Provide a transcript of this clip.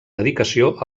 dedicació